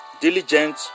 diligent